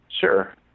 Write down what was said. Sure